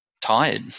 tired